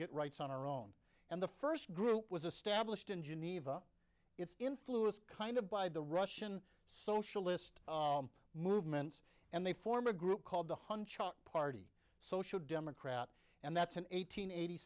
get rights on our own and the first group was a stablished in geneva it's influence kind of by the russian socialist movements and they form a group called the hunch party social democrat and that's an eight hundred eighty